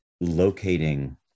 locating